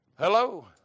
Hello